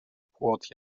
płot